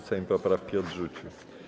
Sejm poprawki odrzucił.